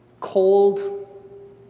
cold